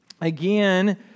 again